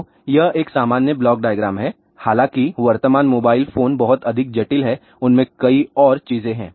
तो यह एक सामान्य ब्लॉक डायग्राम है हालांकि वर्तमान मोबाइल फोन बहुत अधिक जटिल हैं उनमें कई और चीजें हैं